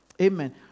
Amen